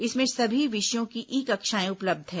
इसमें सभी विषयों की ई कक्षाएं उपलब्ध है